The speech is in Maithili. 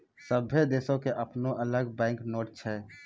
सभ्भे देशो के अपनो अलग बैंक नोट छै